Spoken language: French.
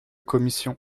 commission